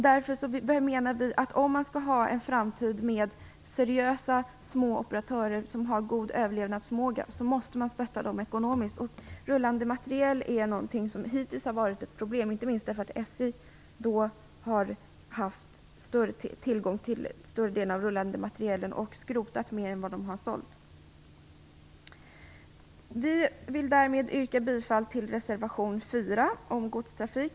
Därför menar vi att om man i framtiden skall ha seriösa små operatörer som har god överlevnadsförmåga måste man stötta dem ekonomiskt. Rullande materiel har hittills varit ett problem, inte minst därför att SJ har haft tillgång till en större del av denna. Man har också skrotat mer än man har sålt. Jag vill därmed yrka bifall till reservation 4 om godstrafik.